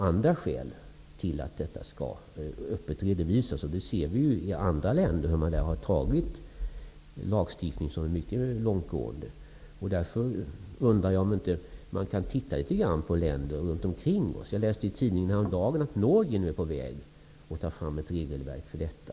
Vi resonerade om det förra gången när frågan var uppe till debatt. I andra länder har man ju antagit mycket långtgående lagstiftning. Därför undrar jag om man inte kan titta litet grand på länder runt omkring oss. Jag läste i tidningen häromdagen att Norge nu är på väg att ta fram ett regelverk för detta.